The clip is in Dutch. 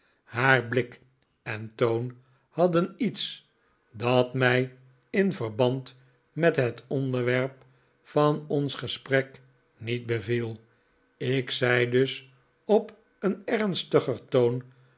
haar blik en toon hadden iets dat mij in verband met het onderwerp van ons gesprek niet beviel ik zei dus op een ernstiger toon